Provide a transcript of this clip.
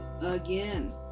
again